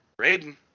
Raiden